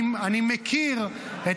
אני מכיר את